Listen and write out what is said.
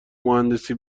مهندسی